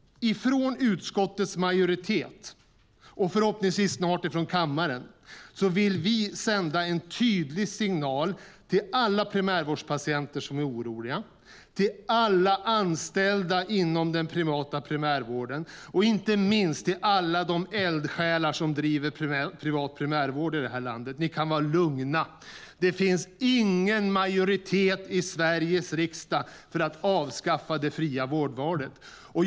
Från utskottets majoritet, och förhoppningsvis snart från kammaren, vill vi sända en tydlig signal till alla primärvårdspatienter som är oroliga, till alla anställda inom den privata primärvården och inte minst till alla de eldsjälar som driver privat primärvård i det här landet: Ni kan vara lugna. Det finns ingen majoritet i Sveriges riksdag för att avskaffa det fria vårdvalet. Herr talman!